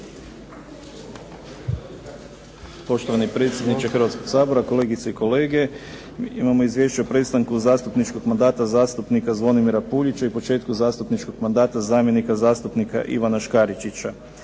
Poštovani predsjedniče Hrvatskog sabora, kolegice i kolege. Imamo izvješće o prestanku zastupničkog mandata zastupnika Zvonimira Puljića i početku zastupničkog mandata zamjenika zastupnika Ivana Škaričića.